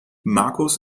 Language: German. markus